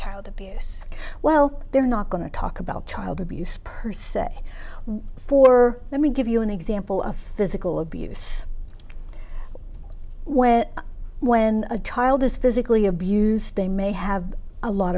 child abuse well they're not going to talk about child abuse per se for let me give you an example of physical abuse when when a child is physically abused they may have a lot